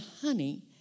honey